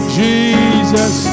jesus